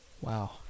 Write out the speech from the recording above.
Wow